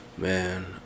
Man